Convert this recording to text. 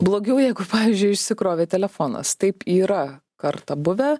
blogiau jeigu pavyzdžiui išsikrovė telefonas taip yra kartą buvę